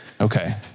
Okay